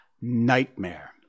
nightmare